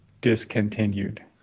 discontinued